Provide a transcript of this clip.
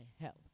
health